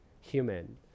human